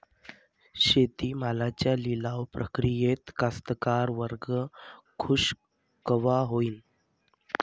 शेती मालाच्या लिलाव प्रक्रियेत कास्तकार वर्ग खूष कवा होईन?